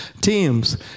Teams